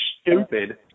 stupid